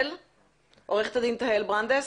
עורכת הדין תהל ברנדס.